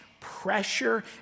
pressure